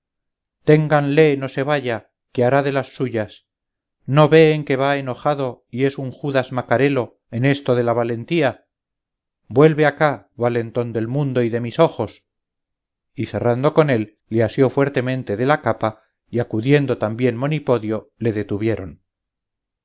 ténganle no se vaya que hará de las suyas no veen que va enojado y es un judas macarelo en esto de la valentía vuelve acá valentón del mundo y de mis ojos y cerrando con él le asió fuertemente de la capa y acudiendo también monipodio le detuvieron